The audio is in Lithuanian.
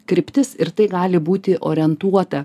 kryptis ir tai gali būti orientuota